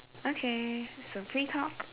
okay so free talk